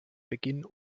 beginn